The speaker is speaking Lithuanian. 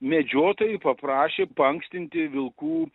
medžiotojai paprašė paankstinti vilkų